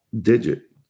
digit